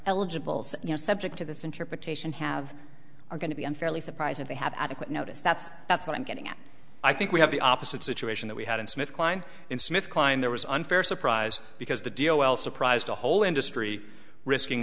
know subject to this interpretation have are going to be unfairly surprised if they have adequate notice that's that's what i'm getting at i think we have the opposite situation that we had in smith kline and smith kline there was unfair surprise because the deal well surprised a whole industry risking